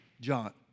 John